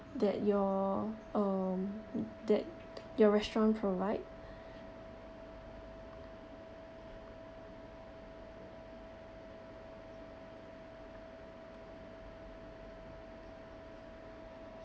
that your um that your restaurant provide